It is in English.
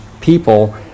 people